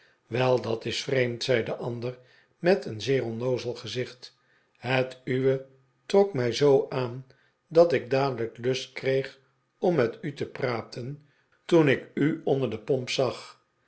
wel dat is vreemd zei de ander met een zeer onnoozel gezicht het uwe trok mij zoo aan dat ik dadelijk lust kreeg om wat met u te praten toen ik u onder de pomp zag